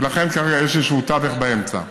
ולכן כרגע שם יש איזשהו תווך באמצע,